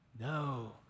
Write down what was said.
No